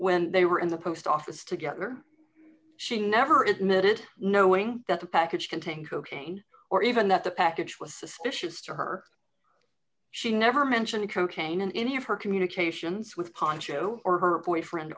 when they were in the post office together she never admit it knowing that the package contained cocaine or even that the package was suspicious to her she never mentioned cocaine in any of her communications with poncho or her boyfriend